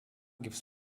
gives